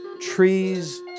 Trees